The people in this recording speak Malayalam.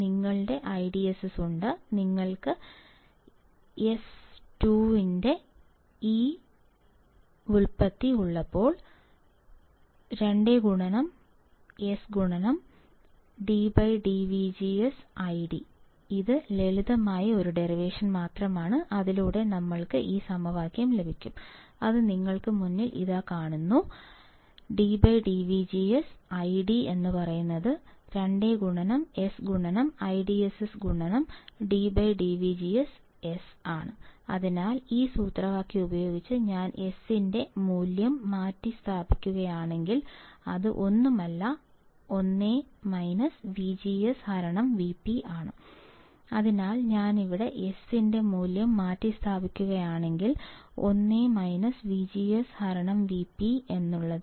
നിങ്ങളുടെ IDSS ഉണ്ട് നിങ്ങൾക്ക് എസ് 2 ന്റെ ഈ വ്യുൽപ്പത്തി ഉള്ളപ്പോൾ 2S dID dVGS ഇത് ലളിതമായ ഒരു ഡെറിവേഷൻ മാത്രമാണ് അതിലൂടെ ഞങ്ങൾക്ക് ഈ സൂത്രവാക്യം ലഭിക്കും അത് നിങ്ങളുടെ മുൻപിൽ ഇതാ കാണുന്നു dIDdVGS 2SIDSS dSdVGS അതിനാൽ ഈ സൂത്രവാക്യം ഉപയോഗിച്ച് ഞാൻ S ന്റെ മൂല്യം മാറ്റിസ്ഥാപിക്കുകയാണെങ്കിൽ അത് ഒന്നുമല്ല 1 VGS V p ആണ് അതിനാൽ ഞാൻ ഇവിടെ S ന്റെ മൂല്യം മാറ്റിസ്ഥാപിക്കുകയാണെങ്കിൽ 1 VGS V p